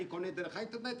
אני קונה דרך האינטרנט.